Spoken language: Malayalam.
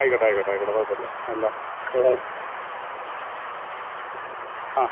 ആയിക്കോട്ടെ ആയിക്കോട്ടെ ആയിക്കോട്ടെ കുഴപ്പം ഇല്ല എല്ലാം ആ